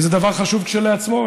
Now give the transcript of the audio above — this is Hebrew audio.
וזה דבר חשוב כשלעצמו.